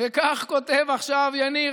וכך כותב עכשיו יניר.